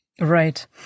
Right